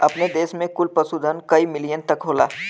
अपने देस में कुल पशुधन कई मिलियन तक होला